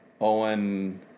Owen